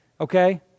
okay